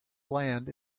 land